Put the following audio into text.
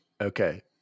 Okay